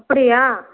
அப்படியா